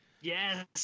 Yes